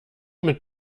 mit